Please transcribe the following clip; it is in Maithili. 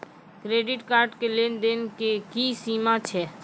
क्रेडिट कार्ड के लेन देन के की सीमा छै?